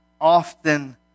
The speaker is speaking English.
often